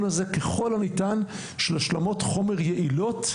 הזה ככל הניתן של השלמות חומר יעילות,